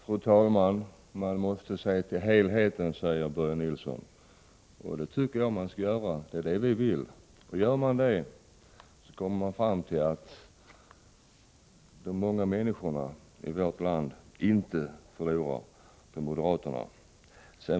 Fru talman! Man måste se till helheten, säger Börje Nilsson, och det tycker jag man skall göra. Det är vad vi vill. Gör man det kommer man fram till att de många människorna i vårt land inte förlorar på moderaternas förslag.